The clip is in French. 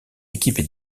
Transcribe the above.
équipes